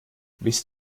wisst